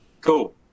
Cool